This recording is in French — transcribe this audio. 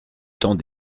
temps